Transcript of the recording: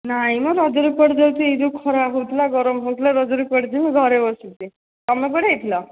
ନାଇଁ ମ ରଜରେ କୁଆଡ଼େ ଯାଉଛି ଏ ଯେଉଁ ଖରା ହେଉଥିଲା ଗରମ ହେଉଥିଲା ରଜରେ କୁଆଡ଼େ ଯିବୁ ଘରେ ବସିଛି ତୁମେ କୁଆଡ଼େ ଯାଇଥିଲ